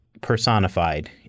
personified